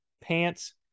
pants